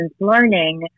learning